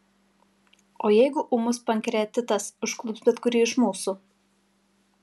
o jeigu ūmus pankreatitas užklups bet kurį iš mūsų